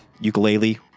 ukulele